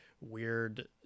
weird